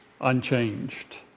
unchanged